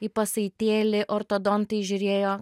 į pasaitėlį ortodontai žiūrėjo